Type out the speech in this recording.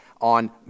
on